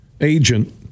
agent